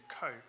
cope